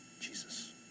Jesus